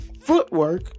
footwork